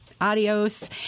Adios